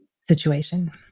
situation